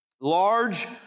large